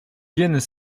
viennent